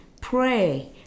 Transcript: Pray